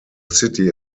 city